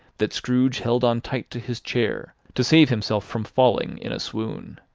that scrooge held on tight to his chair, to save himself from falling in a swoon.